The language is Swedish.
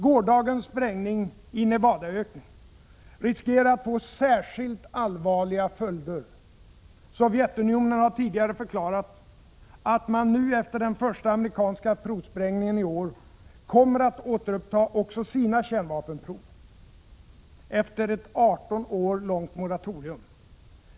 Gårdagens sprängning i Nevadaöknen riskerar att få särskilt allvarliga följder. Sovjetunionen har tidigare förklarat att man nu — efter den första amerikanska provsprängningen i år — kommer att återuppta också sina kärnvapenprov, efter ett 18 månader långt moratorium.